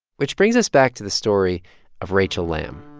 which brings us back to the story of rachel lamb.